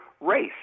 race